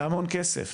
זה המון כסף